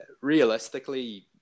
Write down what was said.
realistically